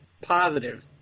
positive